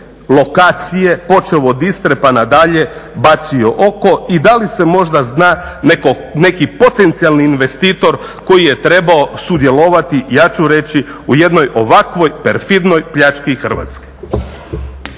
lokacije počevši od Istre pa nadalje bacio oko i da li se možda zna neki potencijalni investitor koji je trebao sudjelovati ja ću reći u jednoj ovakvoj perfidnoj pljački Hrvatske.